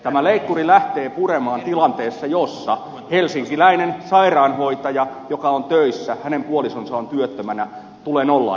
tämä leikkuri lähtee puremaan tilanteessa jossa helsinkiläinen sairaanhoitaja on töissä ja hänen puolisonsa on työttömänä tulee nolla euroa